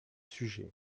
sujets